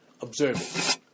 observing